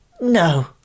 No